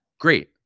great